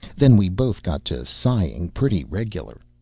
then we both got to sighing pretty regular.